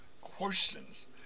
questions